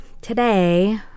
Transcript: today